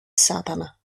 satana